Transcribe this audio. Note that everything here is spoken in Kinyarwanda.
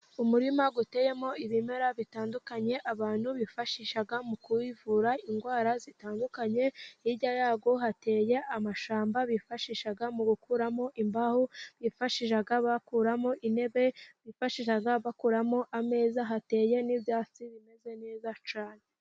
Umurima uteyemo ibimera bitandukanye, abantu bifashisha mu kuvura indwara zitandukanye ,hirya yawo hateye amashyamba bifashisha, mu gukuramo imbaho , bifashisha bakuramo intebe, bifashisha bakuramo ameza, hateye n'ibyatsi bimeze neza cyane.